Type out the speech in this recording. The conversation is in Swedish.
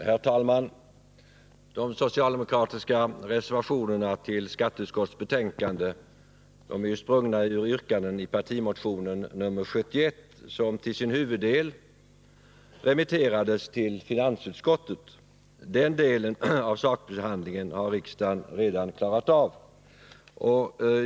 Herr talman! De socialdemokratiska reservationerna till skatteutskottets betänkande är sprungna ur yrkanden i partimotionen nr 71, som till sin huvuddel remitterades till finansutskottet. Den delen av sakbehandlingen har riksdagen således redan klarat av.